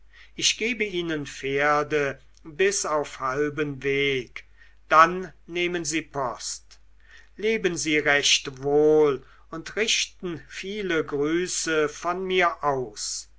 ich gebe ihnen pferde bis auf halben weg dann nehmen sie post leben sie recht wohl und richten viele grüße von mir aus